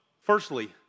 firstly